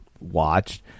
watched